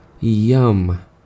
Yum